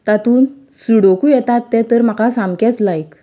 तातूंत सुडोकू येतात तें तर म्हाका सामकेंच लायक